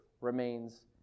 remains